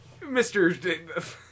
Mr